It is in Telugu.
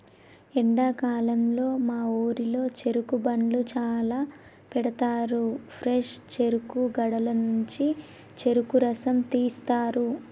ఎండాకాలంలో మా ఊరిలో చెరుకు బండ్లు చాల పెడతారు ఫ్రెష్ చెరుకు గడల నుండి చెరుకు రసం తీస్తారు